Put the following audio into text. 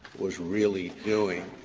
was really doing,